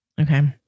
Okay